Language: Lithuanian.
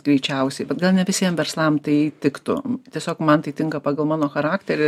greičiausiai bet gal ne visiem verslam tai tiktų tiesiog man tai tinka pagal mano charakterį